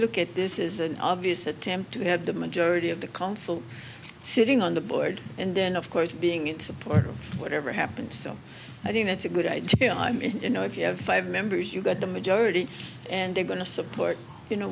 look at this is an obvious attempt to have the majority of the council sitting on the board and then of course being in support of whatever happened so i think that's a good idea i mean you know if you have five members you've got the majority and they're going to support you know